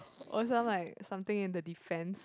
or sound like something in the defence